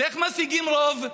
אז איך משיגים רוב?